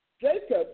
Jacob